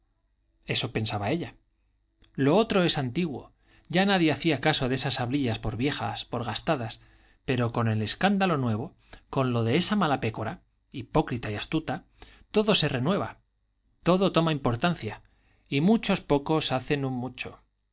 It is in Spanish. esto pensaba ella lo otro es antiguo ya nadie hacía caso de esas hablillas por viejas por gastadas pero con el escándalo nuevo con lo de esa mala pécora hipócrita y astuta todo se renueva todo toma importancia y muchos pocos hacen un mucho